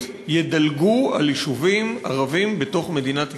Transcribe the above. ידלגו על יישובים ערביים בתוך מדינת ישראל.